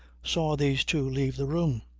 saw these two leave the room.